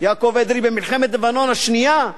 יעקב אדרי, במלחמת לבנון השנייה,